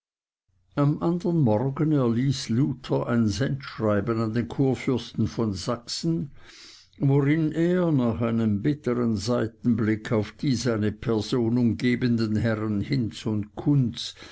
am anderen morgen erließ luther ein sendschreiben an den kurfürsten von sachsen worin er nach einem bitteren seitenblick auf die seine person umgebenden herren hinz und kunz